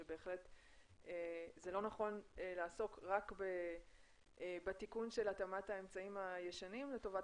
שבהחלט זה לא נכון לעסוק רק בתיקון של התאמת האמצעים הישנים לטובת